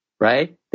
Right